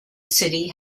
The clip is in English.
city